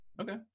Okay